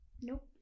Nope